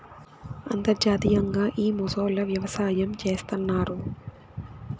అంతర్జాతీయంగా ఈ మొసళ్ళ వ్యవసాయం చేస్తన్నారు